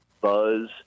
Buzz